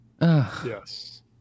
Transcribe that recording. Yes